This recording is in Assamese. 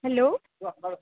হেল্ল'